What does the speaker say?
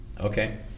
Okay